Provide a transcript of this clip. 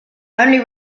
only